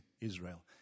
Israel